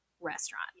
restaurant